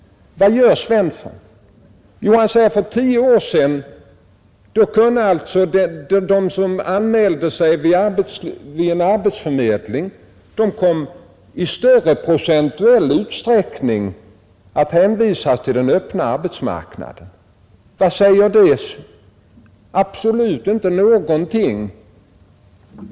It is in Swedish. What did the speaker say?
Vad gör herr Svensson? Jo, han säger att för tio år sedan kom de som anmälde sig vid en arbetsförmedling i större procentuell utsträckning att hänvisas till den öppna arbetsmarknaden. Vad betyder detta? Absolut ingenting!